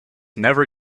never